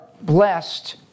blessed